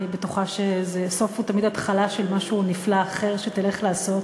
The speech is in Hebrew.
אני בטוחה שסוף זה תמיד התחלה של משהו נפלא אחר שתלך לעשות,